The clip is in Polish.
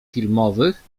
filmowych